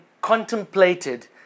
contemplated